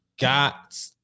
got